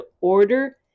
order